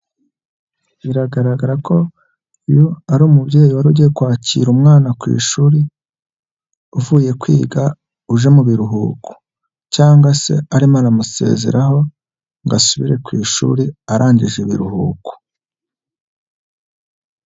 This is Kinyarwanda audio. Biragaragara ko uyu ari umubyeyi wari ugiye kwakira umwana ku ishuri, uvuye kwiga, uje mu biruhuko cyangwa se arimo aramusezeraho ngo asubire ku ishuri, arangije ibiruhuko.